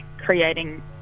creating